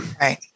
Right